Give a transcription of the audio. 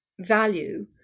value